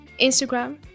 instagram